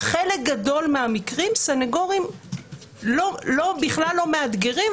בחלק גדול מהמקרים סנגורים בכלל לא מאתגרים,